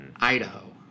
Idaho